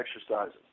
exercises